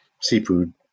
seafood